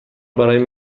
برای